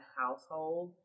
household